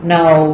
Now